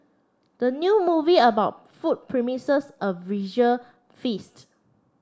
the new movie about food promises a visual feast